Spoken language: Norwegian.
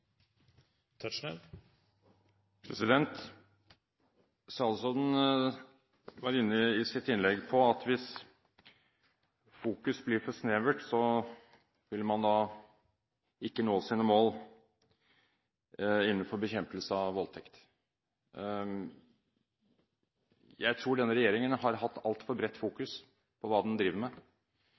som mulig. Statsråden var i sitt innlegg inne på at hvis fokus blir for snevert, vil man ikke nå sine mål innenfor bekjempelse av voldtekt. Jeg tror denne regjeringen har hatt altfor bredt fokus på hva den driver med.